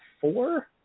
four